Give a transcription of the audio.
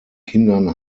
kindern